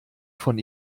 von